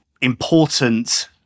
important